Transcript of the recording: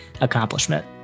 accomplishment